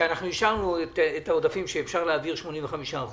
שאישרנו את העודפים שאפשר להעביר 85%